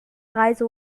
reise